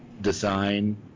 design